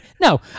no